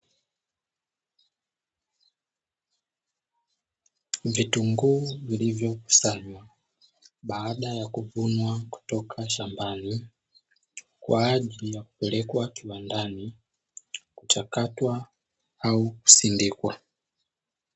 Vitunguu vilivyokusanywa baada ya kuvunwa kutoka shambani kwa ajili ya kupelekwa kiwandani kuchakatwa au kusindikwa.